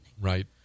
Right